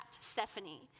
Stephanie